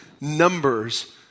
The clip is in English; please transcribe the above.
numbers